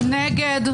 מי נמנע?